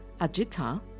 Ajita